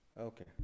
okay